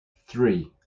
three